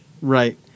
Right